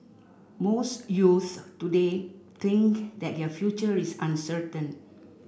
most youths today think that their future is uncertain